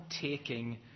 taking